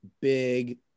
big